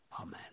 Amen